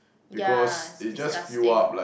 ya it's disgusting